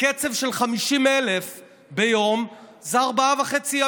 בקצב של 50,000 ביום זה ארבעה ימים וחצי,